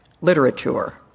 Literature